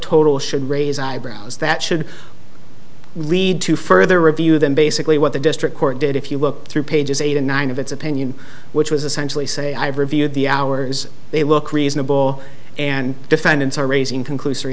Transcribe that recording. total should raise eyebrows that should read to further review then basically what the district court did if you look through pages eight and nine of its opinion which was essentially say i've reviewed the hours they look reasonable and defendants are raising conclus